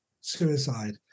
suicide